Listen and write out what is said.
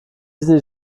sind